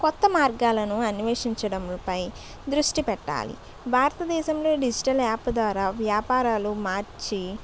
కొత్త మార్గాలను అన్వేషించడంపై దృష్టిపెట్టాలి భారతదేశంలో డిజిటల్ యాప్ ద్వారా వ్యాపారాలు మార్చి